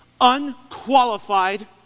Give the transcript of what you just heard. unqualified